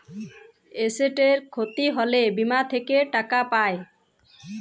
এসেটের খ্যতি হ্যলে বীমা থ্যাকে টাকা পাই